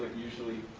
usually